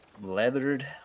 leathered